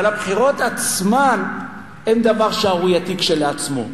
אבל הבחירות עצמן הן דבר שערורייתי כשלעצמו.